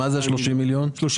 מה זה 30 מיליון שקל?